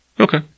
okay